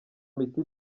miti